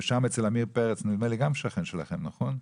ושם, אצל עמיר פרץ שהוא גם שכן שלכם, נכון?